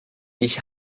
ich